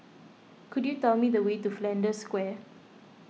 could you tell me the way to Flanders Square